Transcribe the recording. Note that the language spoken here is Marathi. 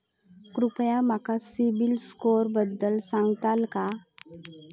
कृपया माका सिबिल स्कोअरबद्दल सांगताल का?